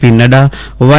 પી ન્ફા વાય